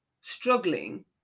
struggling